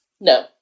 No